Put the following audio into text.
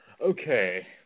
Okay